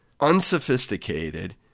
unsophisticated